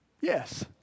Yes